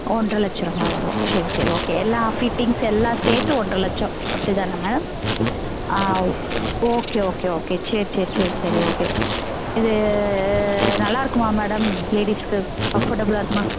ஒன்றரை லட்சரூபா வரும் சரி சரி ஓகே எல்லா ஃபிட்டிங்ஸ் எல்லாம் சேர்த்து ஒன்றரை லட்சம் அப்படி தானே ma'am oh okay okay okay சரி சரி சரி சரி ஓகே இது நல்லா இருக்குமா மேடம் லேடிஸுக்கு கம்ஃபர்ட்டபிளா இருக்குமா